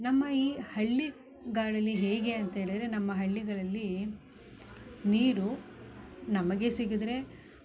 ನಮ್ಮ ಈ ಹಳ್ಳಿ ಗಾಡಲ್ಲಿ ಹೇಗೆ ಅಂತ ಹೇಳಿದರೆ ನಮ್ಮ ಹಳ್ಳಿಗಳಲ್ಲಿ ನೀರು ನಮಗೆ ಸಿಗದ್ರೆ